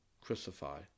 crucify